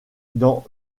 dans